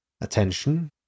attention